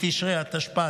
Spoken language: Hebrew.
בתשרי התשפ"ד,